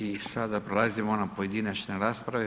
I sada prelazimo na pojedinačne rasprave.